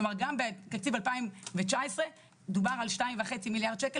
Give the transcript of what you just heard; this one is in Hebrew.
כלומר גם בתקציב 2019 דובר על 2.5 מיליארד שקל